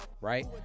right